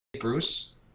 bruce